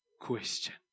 question